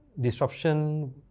disruption